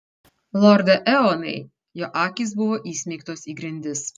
lorde eonai jo akys buvo įsmeigtos į grindis